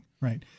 right